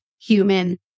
human